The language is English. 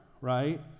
right